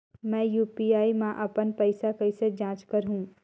मैं यू.पी.आई मा अपन पइसा कइसे जांच करहु?